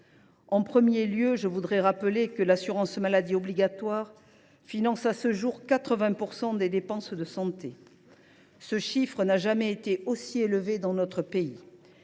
En premier lieu, je rappelle que l’assurance maladie obligatoire finance à ce jour 80 % des dépenses de santé. Ce chiffre n’a jamais été aussi élevé dans notre pays.